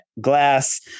glass